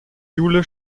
jule